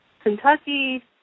Kentucky